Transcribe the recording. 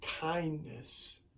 kindness